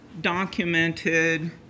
documented